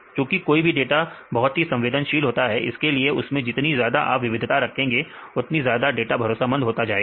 चुंकी कोई भी डाटा बहुत ही संवेदनशील होता है इसलिए उसमें जितनी ज्यादा आप विविधता रखेंगे इतनी ज्यादा आपका डाटा भरोसेमंद होता जाएगा